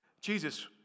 Jesus